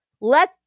Let